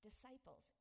Disciples